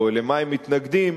או למה הם מתנגדים.